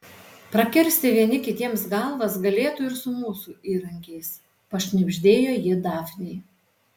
prakirsti vieni kitiems galvas galėtų ir su mūsų įrankiais pašnibždėjo ji dafnei